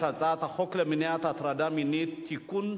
הצעת החוק למניעת הטרדה מינית (תיקון,